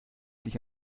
sich